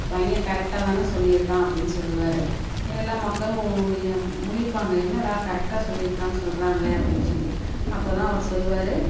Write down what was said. பையன் கரெக்டாக தானே சொல்லியிருக்கான் அப்படின் சொல்லுவார் எல்லா மக்களும் முழிப்பாங்க என்னடா கரெக்டாக சொல்லியிருக்கான்னு சொல்கிறாங்களே அப்படின் சொல்லி அப்போ தான் அவர் சொல்லுவார்